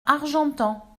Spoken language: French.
argentan